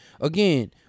again